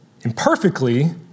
imperfectly